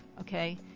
okay